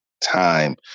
time